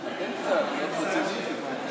התקנון לא מאפשר לך,